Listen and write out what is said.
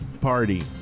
party